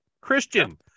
Christian